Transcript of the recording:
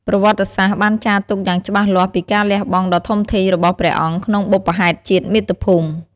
ប្រវត្តិសាស្ត្របានចារទុកយ៉ាងច្បាស់លាស់ពីការលះបង់ដ៏ធំធេងរបស់ព្រះអង្គក្នុងបុព្វហេតុជាតិមាតុភូមិ។